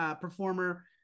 performer